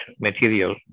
material